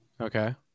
Okay